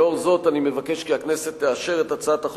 לאור זאת אני מבקש שהכנסת תאשר בקריאה שנייה